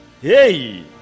Hey